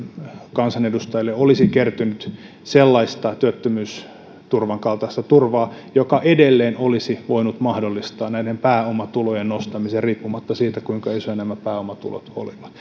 kansanedustajille olisi kertynyt sellaista työttömyysturvan kaltaista turvaa joka edelleen olisi voinut mahdollistaa näiden pääomatulojen nostamisen riippumatta siitä kuinka isoja nämä pääomatulot olisivat